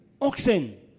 oxen